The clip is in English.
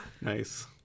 Nice